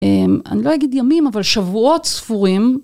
אני לא אגיד ימים, אבל שבועות ספורים.